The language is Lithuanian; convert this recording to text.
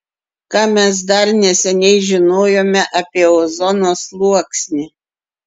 ką mes dar neseniai žinojome apie ozono sluoksnį